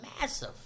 massive